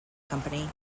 company